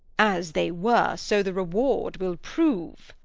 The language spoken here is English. as they were, so the reward will prove.